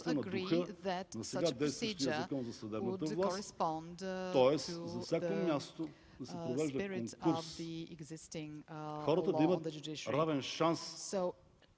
да